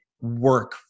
work